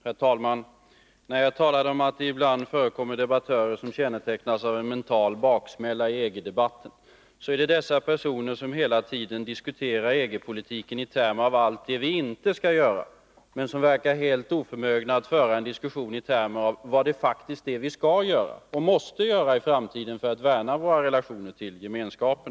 Herr talman! När jag talade om att det ibland förekommer debattörer som kännetecknas av en mental baksmälla i EG-debatten syftade jag på de personer som hela tiden diskuterar EG-politiken i termer av allt det vi inte skall göra men som verkar helt oförmögna att föra en diskussion i termer av vad det faktiskt är vi skall och måste göra i framtiden för att värna våra relationer till gemenskapen.